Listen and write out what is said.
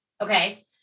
okay